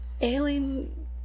alien